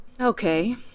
Okay